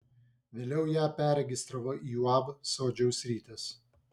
vėliau ją perregistravo į uab sodžiaus rytas